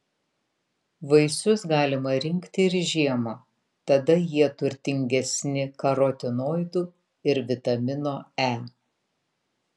vaisius galima rinkti ir žiemą tada jie turtingesni karotinoidų ir vitamino e